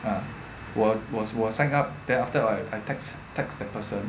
uh what was what sign up then after I attacks text that person